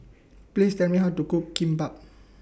Please Tell Me How to Cook Kimbap